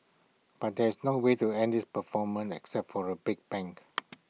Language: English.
but there's no way to end this performance except for A big bang